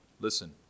Listen